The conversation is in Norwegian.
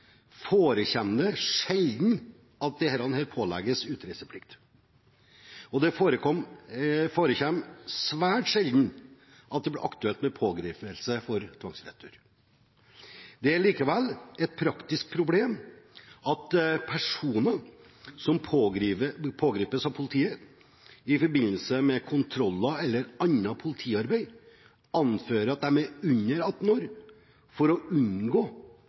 det sjelden at disse pålegges utreiseplikt, og svært sjelden at det blir aktuelt med pågripelse for tvangsretur. Det er likevel et praktisk problem at personer som pågripes av politiet i forbindelse med kontroller eller annet politiarbeid, anfører at de er under 18 år, for å unngå